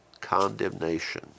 condemnation